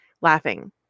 laughing